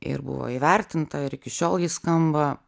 ir buvo įvertinta ir iki šiol ji skamba